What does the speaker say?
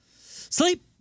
Sleep